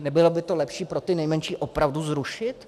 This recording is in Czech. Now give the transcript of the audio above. Nebylo by lepší pro ty nejmenší to opravdu zrušit?